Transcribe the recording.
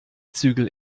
zügel